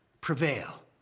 prevail